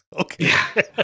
Okay